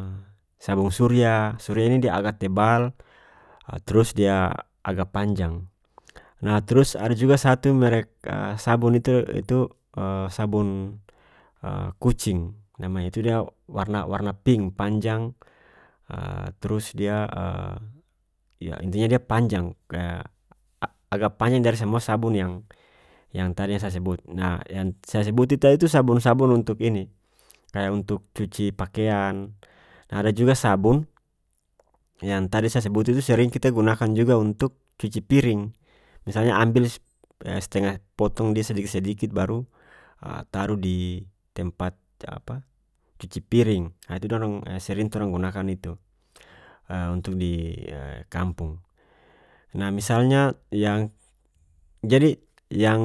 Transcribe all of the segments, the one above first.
sabong surya surya ini dia agak tebal ah trus dia agak panjang nah trus ada juga satu merek sabong itu itu sabun kucing namanya itu dia warna-warna pink panjang trus dia iya intinya dia panjang kaya a-agak panjang dari semua sabong yang-yang tadi saya sebut nah yang saya sebut itu tadi tu sabong sabong untuk ini kaya untuk cuci pakeang ada juga sabong yang tadi saya sebut itu sering kita gunakan juga untuk cuci piring misalnya ambil stengah potong dia sdikit sdikit baru taru di tempat apa cuci piring ah itu dorang sering torang gunakan itu untuk di kampong nah misalnya yang jadi yang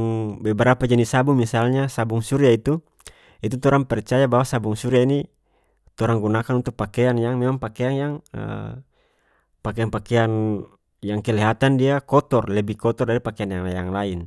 beberapa jenis sabong misalnya sabong surya itu-itu torang percaya bahwa sabong surya ini torang gunakan untuk pakeang yang memang pakeang yang pakeang pakeang yang kelihatan dia kotor-lebih kotor dari pakeang yang lain.